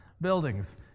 buildings